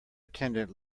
attendant